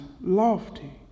lofty